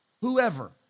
whoever